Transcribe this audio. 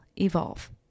evolve